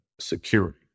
security